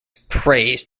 praised